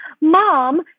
mom